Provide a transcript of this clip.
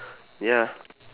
ya